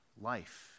life